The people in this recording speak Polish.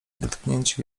dotknięcie